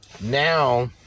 now